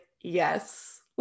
Yes